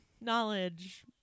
knowledge